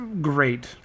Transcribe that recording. great